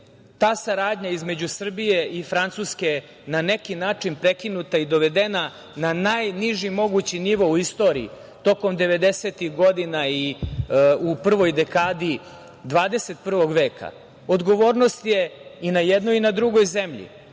ta saradnja između Srbije i Francuske na neki način prekinuta i dovedena na najniži mogući nivo u istoriji tokom 90-tih godina i u prvoj dekadi 21. Veka. Odgovornost je i na jednoj i na drugoj zemlji.